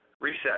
reset